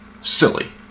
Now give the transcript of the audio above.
silly